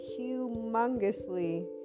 humongously